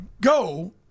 go